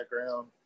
background